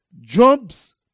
Job's